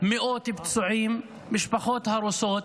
מאות פצועים, משפחות הרוסות.